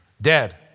dead